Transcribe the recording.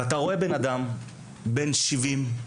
ואתה רואה בן אדם בן 70,